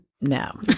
no